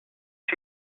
are